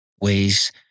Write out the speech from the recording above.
ways